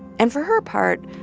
and for her part,